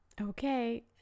Okay